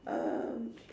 um